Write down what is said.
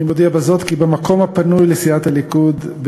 אני מודיע בזאת כי במקום הפנוי לסיעת הליכוד,